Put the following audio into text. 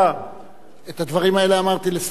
את הדברים האלה אמרתי לשר הפנים בר-און,